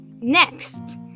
next